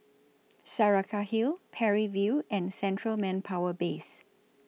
Saraca Hill Parry View and Central Manpower Base